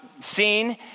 seen